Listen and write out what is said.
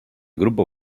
grupo